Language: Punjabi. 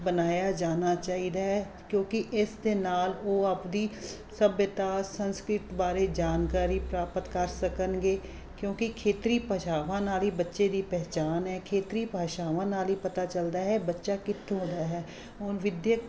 ਬਣਾਇਆ ਜਾਣਾ ਚਾਹੀਦਾ ਹੈ ਕਿਉਂਕਿ ਇਸ ਦੇ ਨਾਲ ਉਹ ਆਪਦੀ ਸੱਭਿਅਤਾ ਸੰਸਕ੍ਰਿਤ ਬਾਰੇ ਜਾਣਕਾਰੀ ਪ੍ਰਾਪਤ ਕਰ ਸਕਣਗੇ ਕਿਉਂਕਿ ਖੇਤਰੀ ਭਾਸ਼ਾਵਾਂ ਨਾਲ ਹੀ ਬੱਚੇ ਦੀ ਪਹਿਚਾਣ ਹੈ ਖੇਤਰੀ ਭਾਸ਼ਾਵਾਂ ਨਾਲ ਹੀ ਪਤਾ ਚੱਲਦਾ ਹੈ ਬੱਚਾ ਕਿੱਥੋਂ ਦਾ ਹੈ ਹੁਣ ਵਿੱਦਿਅਕ